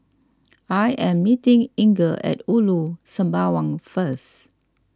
I am meeting Inger at Ulu Sembawang first